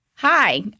Hi